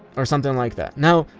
or something like that. now,